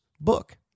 book